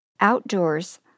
outdoors